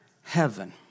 heaven